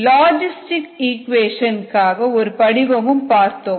logistic equation க்கான ஒரு படிவமும் பார்த்தோம்